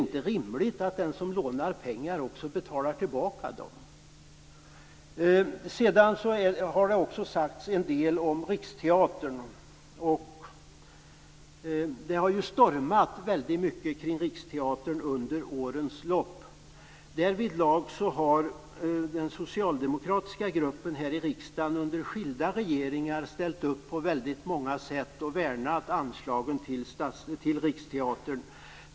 Detta skall uppfattas som en retorisk fråga till Det har också sagts en del om Riksteatern som det under årens lopp har stormat mycket kring. Därvidlag har den socialdemokratiska gruppen här i riksdagen under skilda regeringar på många sätt ställt upp och värnat anslagen till Riksteatern.